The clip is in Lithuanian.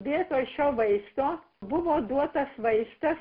vietoj šio vaisto buvo duotas vaistas